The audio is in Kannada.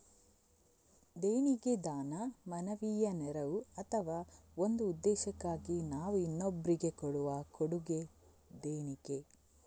ದೇಣಿಗೆ ದಾನ, ಮಾನವೀಯ ನೆರವು ಅಥವಾ ಒಂದು ಉದ್ದೇಶಕ್ಕಾಗಿ ನಾವು ಇನ್ನೊಬ್ರಿಗೆ ಕೊಡುವ ಕೊಡುಗೆ ದೇಣಿಗೆ